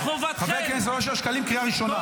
חבר הכנסת אושר שקלים, קריאה ראשונה.